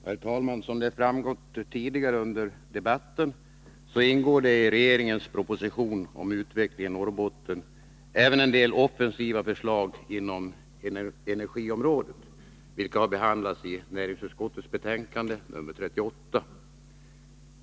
Herr talman! Som framgått tidigare under debatten ingår i regeringens proposition om utveckling i Norrbotten även en del offensiva förslag inom energiområdet, vilka har behandlats i näringsutskottets betänkande nr 38.